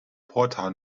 porto